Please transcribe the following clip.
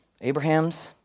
Abrahams